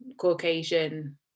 caucasian